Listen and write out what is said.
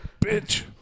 Bitch